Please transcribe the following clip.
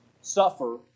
suffer